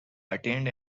attained